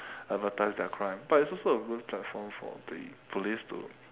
advertise their crime but it's also a good platform for the police to